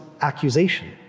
accusation